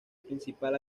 principal